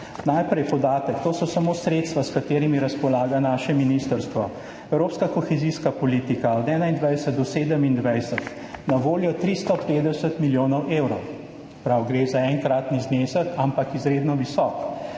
Najprej podatek, to so samo sredstva, s katerimi razpolaga naše ministrstvo: evropska kohezijska politika od 2021 do 2027 – na voljo 350 milijonov evrov. Gre za enkratni znesek, ampak izredno visok,